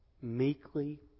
meekly